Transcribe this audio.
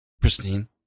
Pristine